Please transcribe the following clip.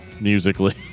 musically